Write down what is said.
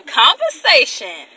conversation